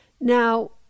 Now